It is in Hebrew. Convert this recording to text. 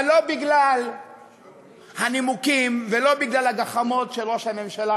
אבל לא בגלל הנימוקים ולא בגלל הגחמות של ראש הממשלה,